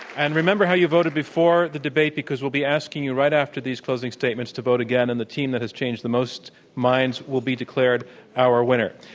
and remember how you voted before the debate because we'll be asking you right after these closing statements to vote again, and the team that has changed the most minds will be declared our winner.